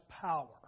power